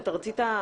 תומר,